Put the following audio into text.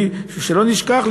ושלא נשכח,